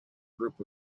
group